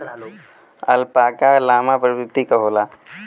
alpaca llama प्रवृत्ति क होला